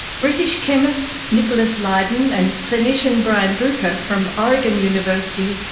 british chemist nicholas lydon and clinician brian druker, from oregon university,